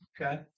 Okay